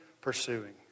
pursuing